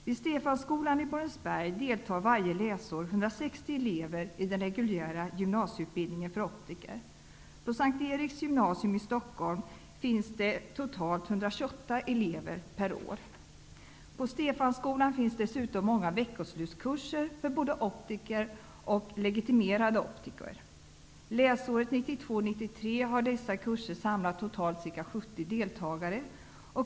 På Stefanskolan finns det dessutom många veckoslutskurser för både optiker och legitimerade optiker. Läsåret 1992/93 har dessa kurser samlat totalt ca 70 deltagare.